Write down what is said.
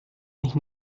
mich